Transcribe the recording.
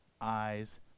eyes